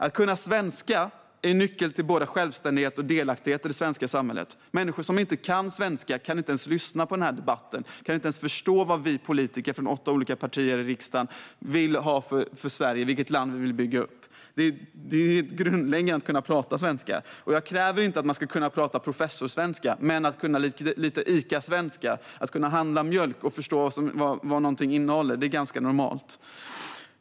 Att kunna svenska är nyckeln till både självständighet och delaktighet i det svenska samhället. Människor som inte kan svenska kan inte ens lyssna på den här debatten. De kan inte ens förstå vilket Sverige vi politiker från åtta olika partier i riksdagen vill ha och vilket land vi vill bygga upp. Det är grundläggande att kunna tala svenska. Jag kräver inte att man ska kunna tala professorssvenska, men man ska kunna lite Icasvenska. Man ska kunna handla mjölk och förstå vad någonting innehåller; det är ganska normalt.